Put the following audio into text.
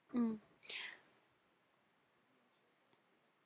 mm